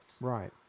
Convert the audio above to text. Right